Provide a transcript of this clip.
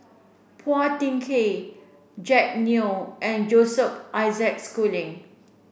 Phua Thin Kiay Jack Neo and Joseph Isaac Schooling